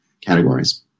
categories